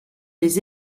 les